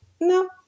no